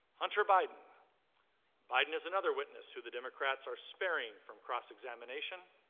hunter biden biden is another witness who the democrats are sparing from cross examination.